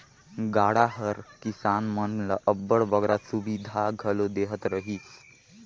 गाड़ा हर किसान मन ल अब्बड़ बगरा सुबिधा घलो देहत रहिस